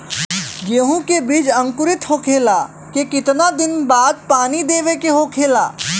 गेहूँ के बिज अंकुरित होखेला के कितना दिन बाद पानी देवे के होखेला?